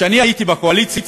כשאני הייתי בקואליציה